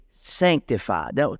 sanctified